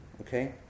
Okay